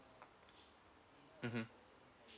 mmhmm